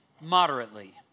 moderately